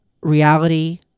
reality